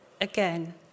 again